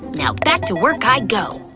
now back to work i go!